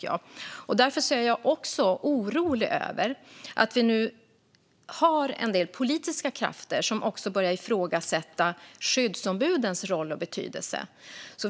Jag är orolig över att en del politiska krafter börjar ifrågasätta skyddsombudens roll och betydelse.